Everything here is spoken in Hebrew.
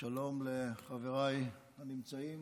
שלום לחבריי הנמצאים,